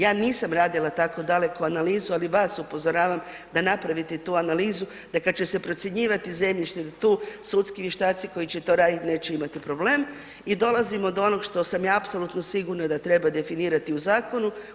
Ja nisam radila tako daleko analizu, ali vas upozoravam da napravite i tu analizu da kad će se procjenjivati zemljište, da tu sudski vještaci koji će to raditi neće imati problem i dolazimo do ono što sam ja apsolutno sigurna da treba definirati u zakonu.